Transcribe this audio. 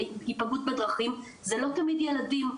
זה לא תמיד ילדים,